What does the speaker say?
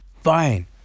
fine